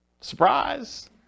Surprise